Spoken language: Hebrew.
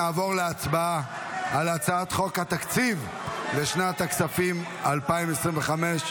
נעבור להצבעה על הצעת חוק התקציב לשנת הכספים 2025,